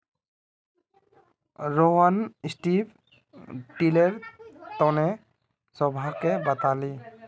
Rohan strip tiller तने सबहाको बताले